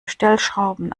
stellschrauben